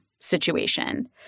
situation